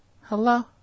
Hello